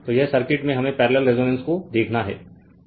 तो यह सर्किट में हमें पैरलेल रेजोनेंस को देखना है